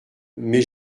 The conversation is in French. mais